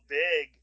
big